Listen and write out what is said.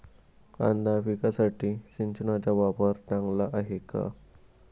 कांदा पिकासाठी सिंचनाचा वापर चांगला आहे का?